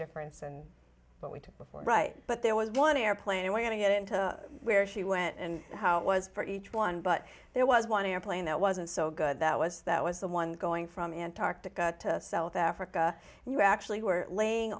difference and what we did before right but there was one airplane away to get into where she went and how it was for each one but there was one airplane that wasn't so good that was that was the one going from antarctica to south africa and you actually were laying